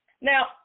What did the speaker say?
Now